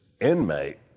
inmate